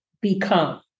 become